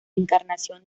encarnación